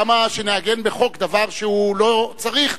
למה שנעגן בחוק דבר שלא צריך?